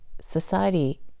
society